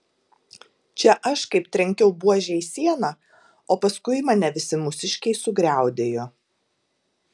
čia aš kaip trenkiau buože į sieną o paskui mane visi mūsiškiai sugriaudėjo